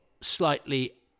slightly